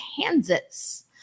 Kansas